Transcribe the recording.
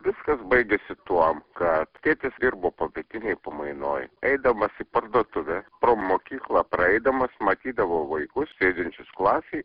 viskas baigėsi tuo kad tėtis dirbo popietinėj pamainoj eidamas į parduotuvę pro mokyklą praeidamas matydavo vaikus sėdinčius klasėj